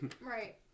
Right